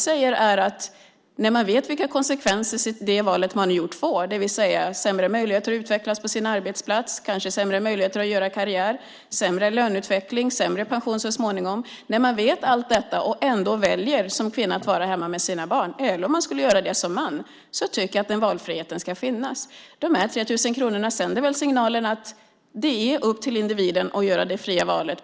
När man väl vet vilka konsekvenser ens val får - det vill säga sämre möjligheter att utvecklas på arbetsplatsen, kanske sämre möjligheter att göra karriär, sämre löneutveckling och sämre pension så småningom - och ändå väljer att som kvinna eller man vara hemma med sina barn tycker jag att det är ett val man ska ha frihet att göra. De 3 000 kronorna sänder väl signalen att det är upp till individen att göra det fria valet.